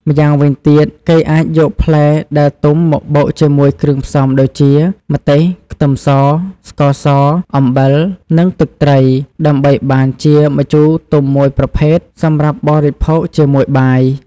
ម្យ៉ាងវិញទៀត គេអាចយកផ្លែដែលទុំមកបុកជាមួយគ្រឿងផ្សំដូចជា ម្ទេស ខ្ទឹមស ស្ករស អំបិល និងទឹកត្រី ដើម្បីបានជាម្ជូរទុំមួយប្រភេទសម្រាប់បរិភោគជាមួយបាយ។